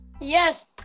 Yes